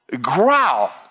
Growl